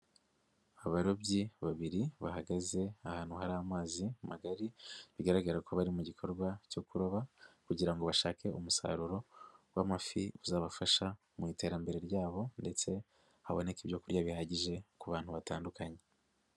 Abarobyi babiri bahagaze ahantu hari amazi magari, bigaragara ko bari mu gikorwa cyo kuroba kugira ngo bashake umusaruro w'amafi, uzabafasha mu iterambere ryabo ndetse haboneka ibyo kurya bihagije ku bantu batandukanye.